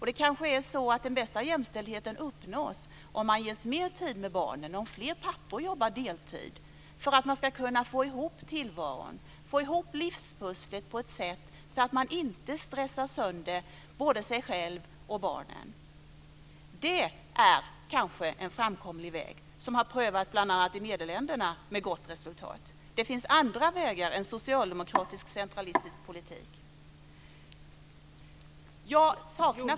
Den bästa jämställdheten kanske uppnås om man ges mer tid med barnen, om fler pappor jobbar deltid för att man ska kunna få ihop tillvaron, livspusslet, så att man inte stressar sönder sig själv eller barnen. Det kan vara en framkomlig väg som har prövats med gott resultat bl.a. i Nederländerna. Det finns andra vägar än socialdemokratisk centralistisk politik.